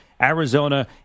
Arizona